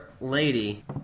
lady